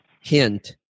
hint